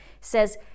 says